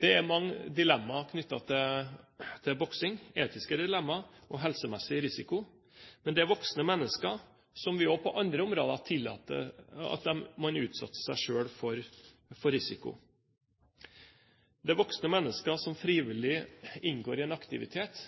Det er mange dilemmaer knyttet til boksing – etiske dilemmaer og helsemessig risiko – men det er voksne mennesker som vi også på andre områder tillater utsetter seg selv for risiko. Det gjelder voksne mennesker som